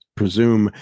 presume